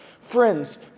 friends